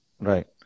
Right